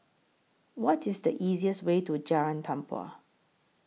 What IS The easiest Way to Jalan Tempua